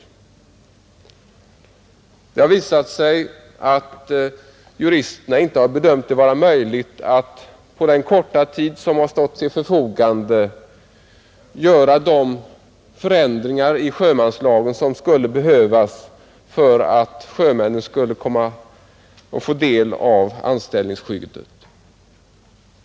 Det har visat sig att juristerna har bedömt det som icke möjligt att på den korta tid som stått till förfogande göra de ändringar i sjömanslagen som behövts för att sjömännen skulle få del av anställningsskyddet.